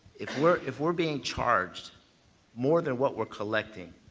if we're if we're being charged more than what we're collecting,